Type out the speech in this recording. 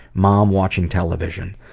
mom watching television.